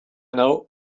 know